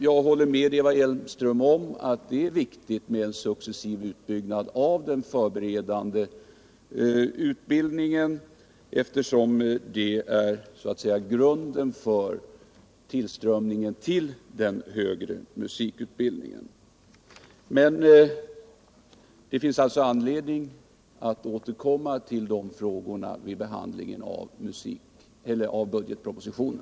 Jag håller med Eva Hjelmström om att det är viktigt med en successiv utbyggnad av den förberedande utbildningen, eftersom den är grunden för tillströmningen till den högre musikutbildningen. Det finns alltså anledning att återkomma till de frågorna vid behandlingen av budgetpropositionen.